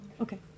Okay